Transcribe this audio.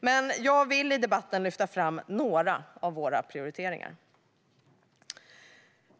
Men jag vill i debatten lyfta fram några av våra prioriteringar.